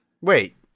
Wait